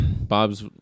Bob's